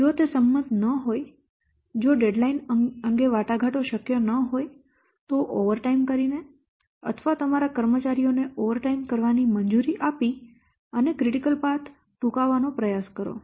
જો તે સંમત ન હોય જો ડેડલાઈન અંગે વાટાઘાટો શક્ય ન હોય તો ઓવરટાઇમ કામ કરીને અથવા તમારા કર્મચારીઓને ઓવરટાઇમ કામ કરવાની મંજૂરી આપીને ક્રિટિકલ પાથ ટૂંકાવાનો પ્રયાસ કરો